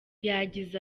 yagize